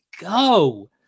go